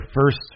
first